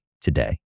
today